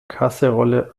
kaserolle